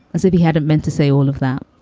as if he hadn't meant to say all of that.